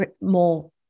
more